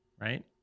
Right